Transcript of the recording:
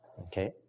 Okay